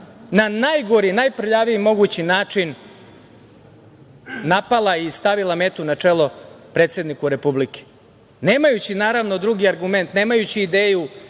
na najgori i najprljaviji mogući način napala i stavila meto na čelo predsedniku Republike, nemajući, naravno, drugi argument, nemajući ideju